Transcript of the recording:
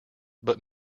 but